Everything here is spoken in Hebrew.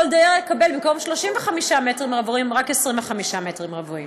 כל דייר יקבל במקום 35 מטרים רבועים רק 25 מטרים רבועים.